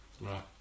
Right